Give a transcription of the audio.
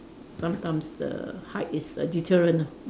sometimes the height is a deterrent ah